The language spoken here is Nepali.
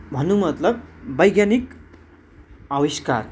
भन्नु मतलब वैज्ञानिक आविष्कार